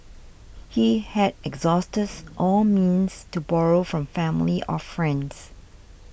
he had exhausted all means to borrow from family or friends